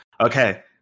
Okay